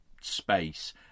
space